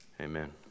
Amen